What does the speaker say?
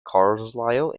carlisle